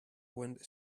went